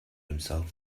himself